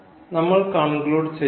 നമ്മൾ കൺക്ലൂഡ് ചെയ്യുകയാണ്